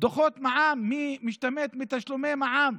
דוחות מע"מ, מי משתמט מתשלום מע"מ.